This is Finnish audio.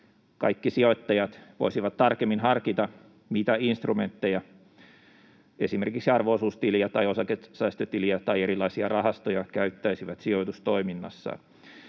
kaikki sijoittajat voisivat tarkemmin harkita, mitä instrumentteja, esimerkiksi arvo-osuustiliä tai osakesäästötiliä tai erilaisia rahastoja, he käyttäisivät sijoitustoiminnassaan.